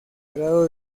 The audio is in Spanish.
grado